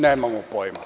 Nemamo pojma.